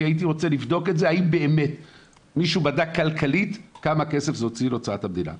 הייתי רוצה לבדוק האם באמת מישהו בדק כלכלית כמה כסף זה בהוצאת המדינה.